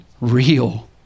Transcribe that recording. real